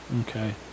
Okay